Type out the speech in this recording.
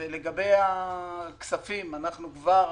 לגבי הכספים, אנחנו כבר